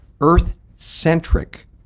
earth-centric